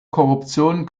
korruption